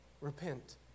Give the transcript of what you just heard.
Repent